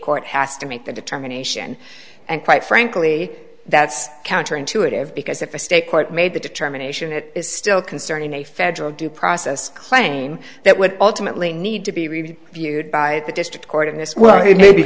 court has to make that determination and quite frankly that's counter intuitive because if a state court made the determination it is still concerning a federal due process claim that would ultimately need to be reviewed viewed by the district court in this well he may be